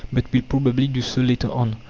but will probably do so later on,